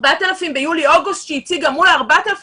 4,000 ביולי אוגוסט שהיא הציגה מול 4,000